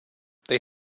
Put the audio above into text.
they